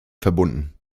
verbunden